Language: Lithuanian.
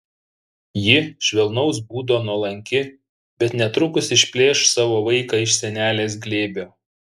ji švelnaus būdo nuolanki bet netrukus išplėš savo vaiką iš senelės glėbio